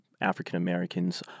African-Americans